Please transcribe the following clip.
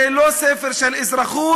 זה לא ספר של אזרחות,